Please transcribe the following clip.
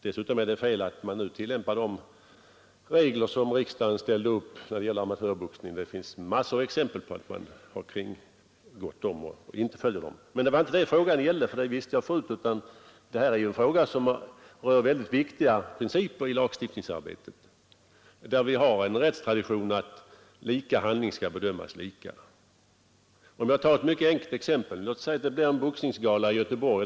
Dessutom är det fel att säga att man nu tillämpar de regler som riksdagen ställde upp när det gällde amatörboxningen — det finns massor av exempel på att man har kringgått dem och inte följer dem. Men det var inte detta frågan gällde, för det visste jag förut, utan det här är ju en fråga som rör väldigt viktiga principer i lagstiftningsarbetet, där vi har en rättstradition att lika handling skall bedömas lika. Jag tar ett mycket enkelt exempel. Låt oss säga att det blir en boxningsgala i Göteborg.